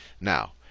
Now